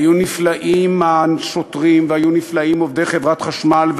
היו נפלאים השוטרים, והיו נפלאים עובדי חברת חשמל,